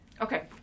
Okay